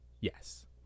Yes